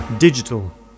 Digital